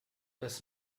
was